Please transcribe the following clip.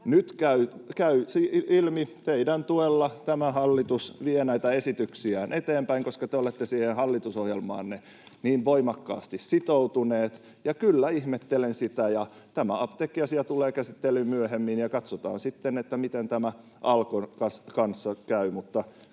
Nyt käy ilmi, että teidän tuellanne hallitus vie näitä esityksiään eteenpäin, koska te olette siihen hallitusohjelmaanne niin voimakkaasti sitoutuneet, ja kyllä ihmettelen sitä. Tämä apteekkiasia tulee käsittelyyn myöhemmin, ja katsotaan, miten Alkon kanssa käy,